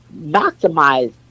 maximize